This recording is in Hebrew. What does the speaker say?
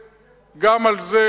גם על זה,